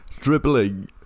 dribbling